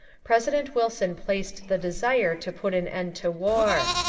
president wilson placed the desire to put an end to war.